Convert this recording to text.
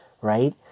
right